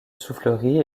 soufflerie